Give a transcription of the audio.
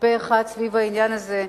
פה-אחד סביב העניין הזה,